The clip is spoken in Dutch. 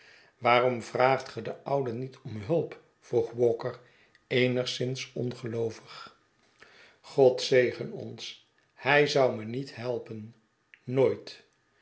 waarom vraagt ge den ouwe niet om hulp vroeg walker eenigszins ongeloovig god zegen ons hij zou me niet helpen nooit